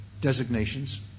designations